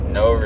no